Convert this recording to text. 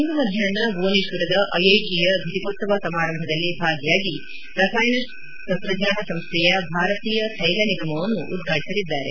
ಇಂದು ಮಧ್ಯಾಪ್ನ ಭುವನೇಶ್ವರದ ಐಐಟಿಯ ಫಟಿಕೋತ್ಸವ ಸಮಾರಂಭದಲ್ಲಿ ಭಾಗಿಯಾಗಿ ರಸಾಯನ ತಂತ್ರಜ್ಞಾನ ಸಂಸ್ಥೆಯ ಭಾರತೀಯ ತೈಲ ನಿಗಮವನ್ನು ಉದ್ವಾಟಿಸಲಿದ್ದಾರೆ